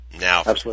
Now